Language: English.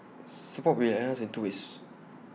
support will be enhanced in two ways